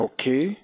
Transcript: Okay